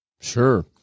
Sure